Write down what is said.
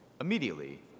Immediately